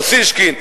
אוסישקין,